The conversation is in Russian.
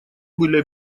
были